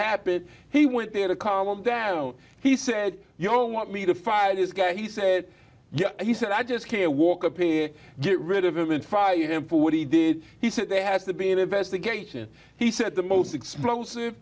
happened he went there to calm down he said you don't want me to fire this guy he said he said i just can't walk appear get rid of him and fire him for what he did he said they had to be an investigation he said the most explosive